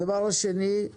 הדבר השני הוא